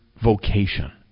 vocation